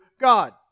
God